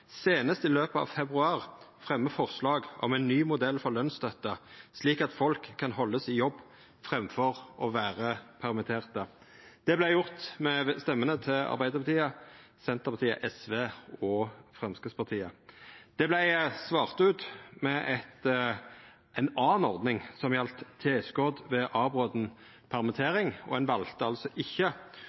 senest i løpet av februar, fremme forslag om en ny modell for lønnsstøtte slik at folk kan holdes i jobb fremfor å være permittert.» Det vart gjort med stemmene til Arbeidarpartiet, Senterpartiet, SV og Framstegspartiet. Det vart svart ut med ei anna ordning som gjaldt tilskot ved avbroten permittering, og ein valde altså